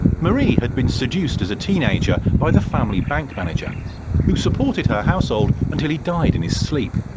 marie had been seduced as a teenager by the family bank manager who supported her household until he died in his sleep.